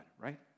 Right